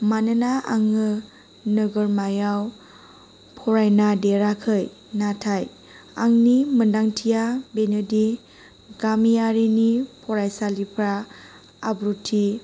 मानोना आङो नोगोरमायाव फरायना देराखै नाथाय आंनि मोनदांथिया बेनोदि गामियारिनि फरायसालिफ्रा आब्रुथि